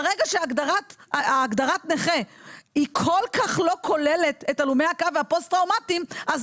ברגע שהגדרת נכה היא כל כך לא כוללת את הלומי הקרב והפוסט טראומטיים אז